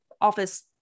office